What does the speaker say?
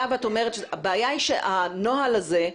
הבעיה היא שהנוהל הזה,